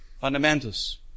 fundamentals